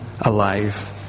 alive